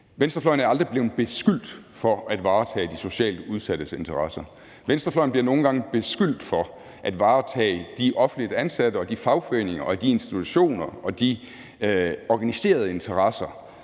Venstrefløjen er aldrig blevet beskyldt for at varetage de socialt udsattes interesser. Venstrefløjen bliver nogle gange beskyldt for at varetage interesserne for de offentligt ansatte og de fagforeninger og de institutioner og de organisationer,